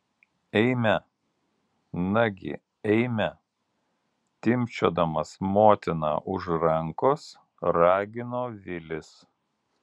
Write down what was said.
eime nagi eime timpčiodamas motiną už rankos ragino vilis